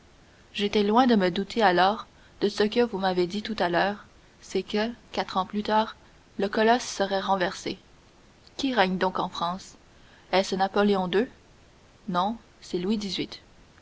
j'étais loin de me douter alors de ce que vous m'avez dit tout à l'heure c'est que quatre ans plus tard le colosse serait renversé qui règne donc en france est-ce napoléon ii non c'est louis xviii